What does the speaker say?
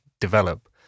develop